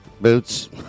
boots